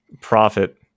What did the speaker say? profit